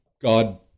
God